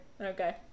okay